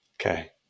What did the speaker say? Okay